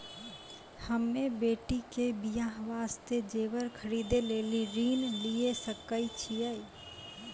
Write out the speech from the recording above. हम्मे बेटी के बियाह वास्ते जेबर खरीदे लेली ऋण लिये सकय छियै?